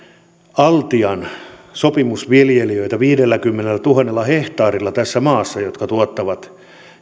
altian sopimusviljelijöitä viidelläkymmenellätuhannella hehtaarilla tässä maassa jotka tuottavat